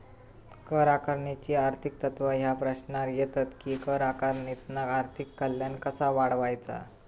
कर आकारणीची आर्थिक तत्त्वा ह्या प्रश्नावर येतत कि कर आकारणीतना आर्थिक कल्याण कसा वाढवायचा?